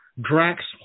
Drax